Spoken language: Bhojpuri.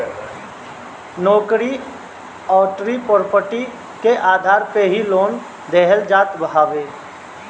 नोकरी अउरी प्रापर्टी के आधार पे ही लोन देहल जात हवे